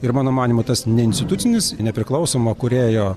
ir mano manymu tas neinstitucinis nepriklausomo kūrėjo